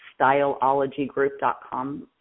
styleologygroup.com